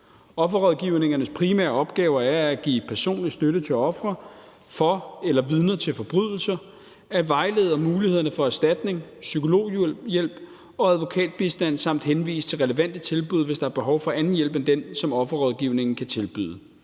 Offerrådgivningernes primære opgaver er at give personlig støtte til ofre for eller vidner til forbrydelser, at vejlede om mulighederne for erstatning, for psykologhjælp og advokatbistand samt henvise til relevante tilbud, hvis der er behov for anden hjælp end den, som offerrådgivningen kan tilbyde.